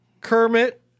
Kermit